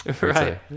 right